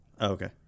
okay